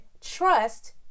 trust